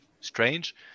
strange